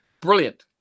Brilliant